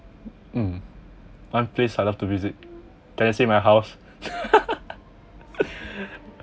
mm one place I love to visit can I say my house